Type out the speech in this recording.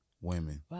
women